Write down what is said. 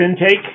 intake